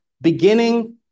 beginning